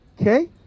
okay